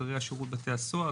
ואחריה שירות בת הסוהר.